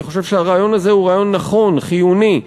אני חושב שהרעיון הזה הוא רעיון נכון, חיוני.